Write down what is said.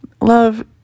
love